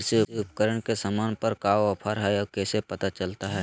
कृषि उपकरण के सामान पर का ऑफर हाय कैसे पता चलता हय?